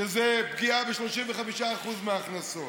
שזה פגיעה ב-35% בהכנסות.